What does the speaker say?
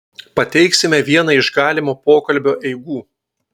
pateiksime vieną iš galimo pokalbio eigų